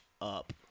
up